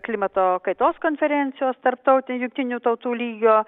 klimato kaitos konferencijos tarptautinį jungtinių tautų lygio